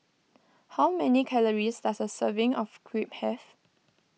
how many calories does a serving of Crepe have